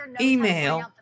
email